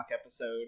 episode